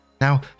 Now